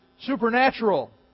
supernatural